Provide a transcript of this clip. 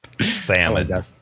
Salmon